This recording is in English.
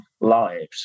lives